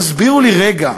תסבירו לי רגע,